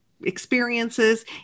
experiences